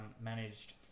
Managed